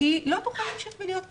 היא לא תוכל להמשיך ולהיות קבלנית,